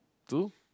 to